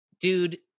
dude